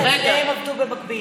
מיכאל, מיכאל, שניהם עבדו במקביל.